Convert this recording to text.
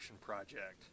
project